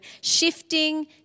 shifting